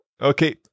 Okay